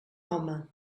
home